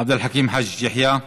עבד אל חכים חאג' יחיא,